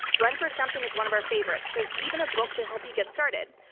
run for something is one of our favorites. there's even a book to help you get started.